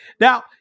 Now